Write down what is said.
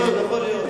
יכול להיות.